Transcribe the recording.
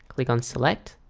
click on select